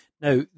now